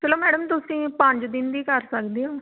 ਚਲੋ ਮੈਡਮ ਤੁਸੀਂ ਪੰਜ ਦਿਨ ਦੀ ਕਰ ਸਕਦੇ ਹੋ